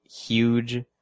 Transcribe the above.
huge